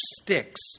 sticks